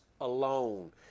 alone